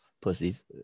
pussies